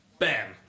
Bam